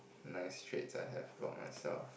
nice traits I've about myself